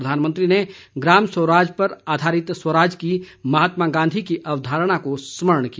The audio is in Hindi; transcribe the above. प्रधानमंत्री ने ग्रामस्वराज पर आधारित स्वराज की महात्मा गांधी की अवधारणा को स्मरण किया